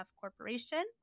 Corporation